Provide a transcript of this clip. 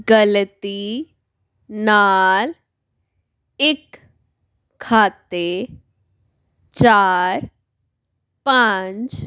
ਗਲਤੀ ਨਾਲ ਇੱਕ ਖਾਤੇ ਚਾਰ ਪੰਜ